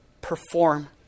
perform